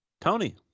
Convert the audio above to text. tony